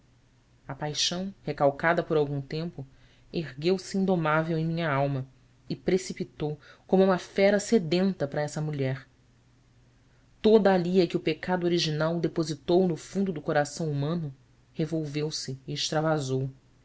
paixão recalcada por algum tempo ergueu-se indomável em minha alma e precipitou como uma fera sedenta para essa mulher toda a lia que o pecado original depositou no fundo do coração humano revolveu se e extravasou